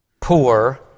poor